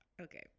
Okay